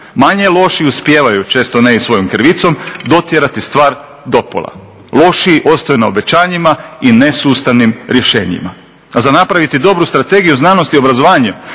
Manje loši uspijevaju, često ne i svojom krivicom, dotjerati stvar do pola. Lošiji ostaju na obećanjima i nesustavnim rješenjima. A za napraviti dobru Strategiju znanosti i obrazovanja,